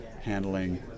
handling